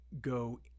go